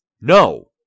No